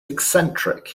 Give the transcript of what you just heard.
eccentric